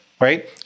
right